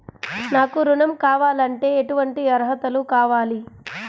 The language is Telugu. నాకు ఋణం కావాలంటే ఏటువంటి అర్హతలు కావాలి?